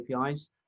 APIs